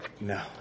No